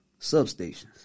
Substations